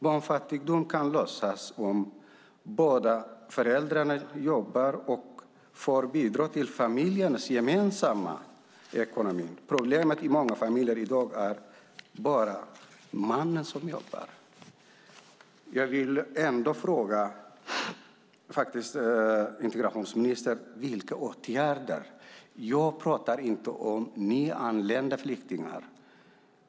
Barnfattigdom kan lösas om föräldrarna jobbar och får bidra till familjens gemensamma ekonomi. Problemet i många familjer i dag är att det bara är mannen som jobbar. Jag vill ändå fråga integrationsministern: Vilka åtgärder? Jag pratar inte om nyanlända flyktingar.